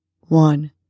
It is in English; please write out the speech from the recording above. One